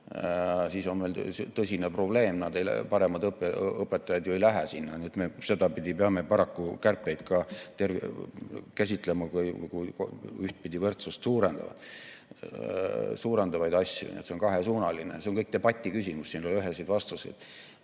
siis on meil tõsine probleem, sest paremad õpetajad ju ei lähe sinna. Sedapidi peame paraku kärpeid ka käsitlema kui ühtpidi võrdsust suurendavaid asju. Nii et see on kahesuunaline. See on kõik debati küsimus, siin ei ole üheseid